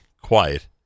quiet